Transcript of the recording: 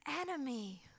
enemy